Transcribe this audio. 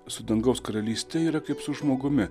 su dangaus karalyste yra kaip su žmogumi